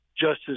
Justice